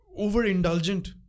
overindulgent